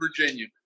Virginia